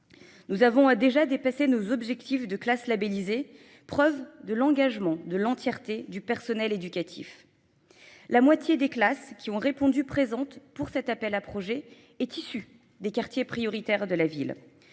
Nous avons à déjà dépasser nos objectifs de classe labellisée, preuve de l'engagement de l'entièreté du personnel éducatif. La moitié des classes qui ont répondu présentes pour cet appel à projet est issue des quartiers prioritaires de la ville.